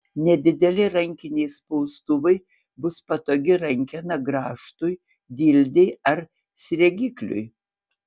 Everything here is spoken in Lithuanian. nedideli rankiniai spaustuvai bus patogi rankena grąžtui dildei ar sriegikliui